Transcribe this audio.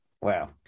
Wow